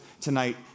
tonight